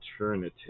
alternative